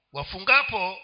Wafungapo